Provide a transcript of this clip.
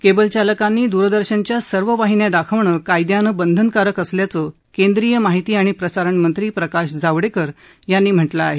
cable चालकांनी दूरदर्शनच्या सर्व वाहिन्या दाखवणं कायद्यानं बंधनकारक असल्याचं केंद्रीय माहिती आणि प्रसारणमंत्री प्रकाश जावडेकर यांनी म्हटलं आहे